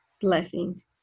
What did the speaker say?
blessings